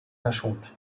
verschont